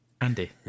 Andy